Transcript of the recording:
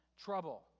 trouble